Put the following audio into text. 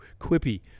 quippy